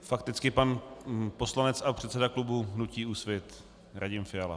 Fakticky pan poslanec a předseda klubu hnutí Úsvit, Radim Fiala.